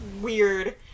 Weird